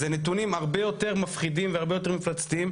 זה נתונים הרבה יותר מפחידים והרבה יותר מפלצתיים,